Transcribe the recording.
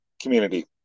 community